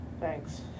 thanks